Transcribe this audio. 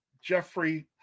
Jeffrey